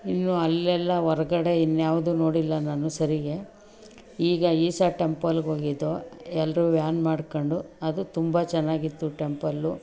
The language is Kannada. ಇನ್ನೂ ಅಲ್ಲೆಲ್ಲ ಹೊರಗಡೆ ಇನ್ಯಾವುದು ನೋಡಿಲ್ಲ ನಾನು ಸರಿಗೆ ಈಗ ಈಶ ಟೆಂಪಲ್ಗೆ ಹೋಗಿದ್ದೋ ಎಲ್ಲರೂ ವ್ಯಾನ್ ಮಾಡ್ಕೊಂಡು ಅದು ತುಂಬ ಚೆನ್ನಾಗಿತ್ತು ಟೆಂಪಲ್ಲು